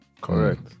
Correct